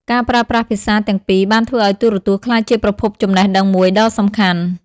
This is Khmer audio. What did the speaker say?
ការប្រើប្រាស់ភាសាទាំងពីរបានធ្វើឱ្យទូរទស្សន៍ក្លាយជាប្រភពចំណេះដឹងមួយដ៏សំខាន់។